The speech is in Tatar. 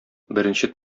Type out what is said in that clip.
беренче